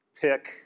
pick